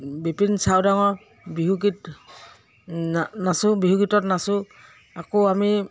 বিপিন চাউদাঙৰ বিহুগীত নাচো বিহুগীতত নাচো আকৌ আমি